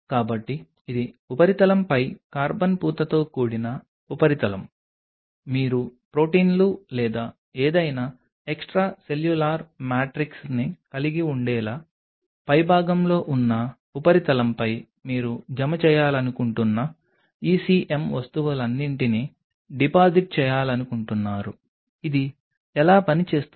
కాబట్టి ఇది ఉపరితలంపై కార్బన్ పూతతో కూడిన ఉపరితలం మీరు ప్రొటీన్లు లేదా ఏదైనా ఎక్స్ట్రాసెల్యులార్ మ్యాట్రిక్స్ని కలిగి ఉండేలా పైభాగంలో ఉన్న ఉపరితలంపై మీరు జమ చేయాలనుకుంటున్న ECM వస్తువులన్నింటినీ డిపాజిట్ చేయాలనుకుంటున్నారు ఇది ఎలా పని చేస్తుంది